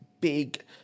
big